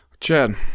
Chad